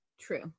True